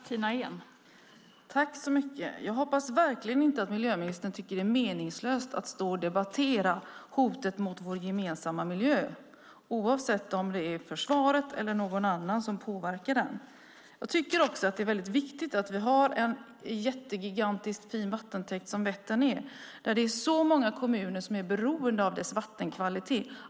Fru talman! Jag hoppas verkligen inte att miljöministern tycker att det är meningslöst att debattera hotet mot vår gemensamma miljö oavsett om det är försvaret eller någon annan som påverkar den. Jag tycker också att det är väldigt viktigt att vi har en gigantiskt fin vattentäkt som Vättern. Det är många kommuner som är beroende av dess vattenkvalitet.